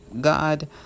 God